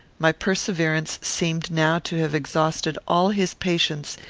my perseverance seemed now to have exhausted all his patience,